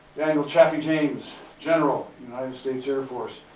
daniel chaffee james. general, united states air force.